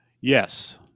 yes